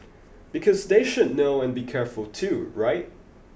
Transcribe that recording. because they should know and be careful too right